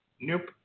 Nope